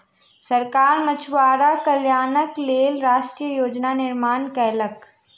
सरकार मछुआरा कल्याणक लेल राष्ट्रीय योजना निर्माण कयलक